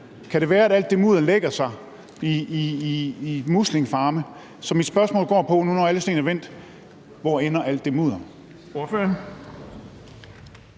Kan det være, at alt det muder lægger sig i muslingefarme? Så mit spørgsmål går på, når nu alle sten er vendt: Hvor ender alt det mudder?